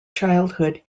childhood